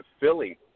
Philly